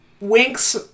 winks